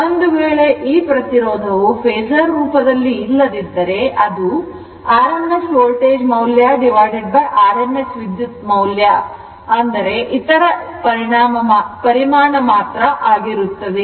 ಒಂದು ವೇಳೆ ಈ ಪ್ರತಿರೋಧವು ಫೇಸರ್ ರೂಪದಲ್ಲಿ ಇಲ್ಲದಿದ್ದರೆ ಅದು rms ವೋಲ್ಟೇಜ್ ಮೌಲ್ಯrms ವಿದ್ಯುತ್ ಮೌಲ್ಯ ಇತರ ಇದರ ಪರಿಮಾಣ ಮಾತ್ರ ಆಗಿರುತ್ತದೆ